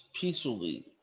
peacefully